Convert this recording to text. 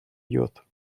идёт